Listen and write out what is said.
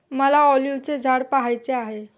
मला ऑलिव्हचे झाड पहायचे आहे